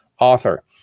author